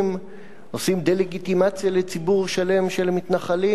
עושים דה-לגיטימציה לציבור שלם של מתנחלים.